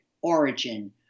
origin